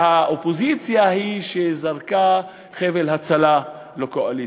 שהאופוזיציה היא שזרקה חבל הצלה לקואליציה,